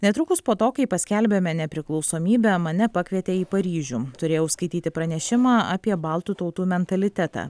netrukus po to kai paskelbėme nepriklausomybę mane pakvietė į paryžių turėjau skaityti pranešimą apie baltų tautų mentalitetą